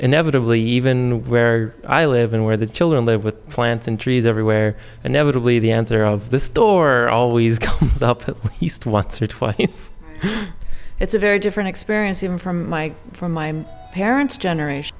inevitably even where i live and where the children live with plants and trees everywhere inevitably the answer of the store always comes up with east once or twice it's a very different experience even from my from my parents generation